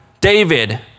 David